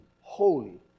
holy